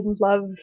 love